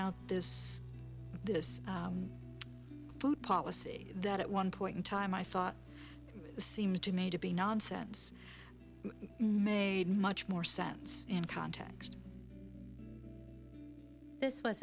out this this food policy that at one point in time i thought seemed to me to be nonsense made much more sense and context this was